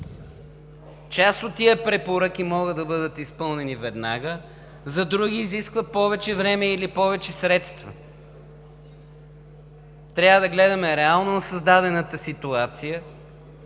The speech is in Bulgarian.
Част от тези препоръки могат да бъдат изпълнени веднага, за други – изисква повече време или повече средства. Трябва да гледаме реално на създадената ситуация,